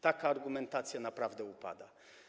Taka argumentacja naprawdę upada.